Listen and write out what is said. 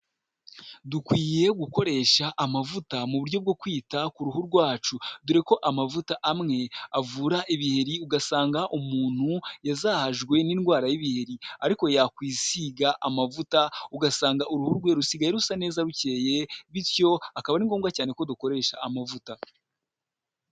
Dukwiye gukoresha amavuta mu buryo bwo kwita ku ruhu rwacu, dore ko amavuta amwe avura ibiheri, ugasanga umuntu yazahajwe n'indwara y'ibiheri, ariko yakwisiga amavuta ugasanga uruhu rwe rusigaye rusa neza rukeye, bityo akaba ari ngombwa cyane ko dukoresha amavuta.